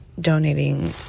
donating